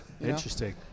Interesting